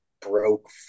broke